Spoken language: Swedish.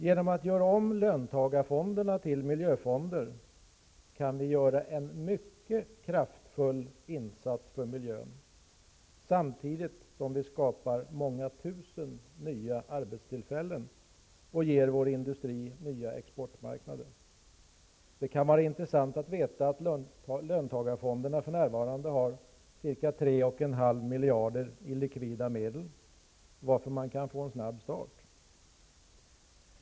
Genom att göra om löntagarfonderna till miljöfonder kan vi göra en mycket kraftfull insats för miljön samtidigt som vi skapar många tusen nya arbetstillfällen och ger vår industri nya exportmarknader. Det kan vara intressant att veta att löntagarfonderna för närvarande har ca 3,5 miljarder i likvida medel, varför man kan få en snabb start.